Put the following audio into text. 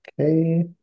Okay